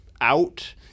out